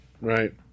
right